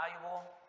valuable